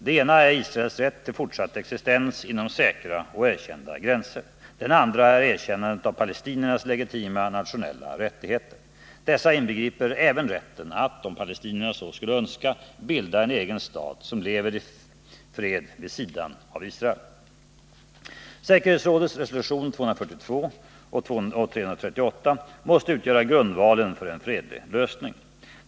Det ena är Israels rätt till fortsatt existens inom säkra och erkända gränser. Det andra är erkännandet av palestiniernas legitima nationella rättigheter. Dessa inbegriper även rätten att, om palestinierna så skulle önska, bilda en egen stat som lever i fred vid sidan av Israel. Säkerhetsrådets resolutioner 242 och 338 måste utgöra grundvalen för en fredlig lösning.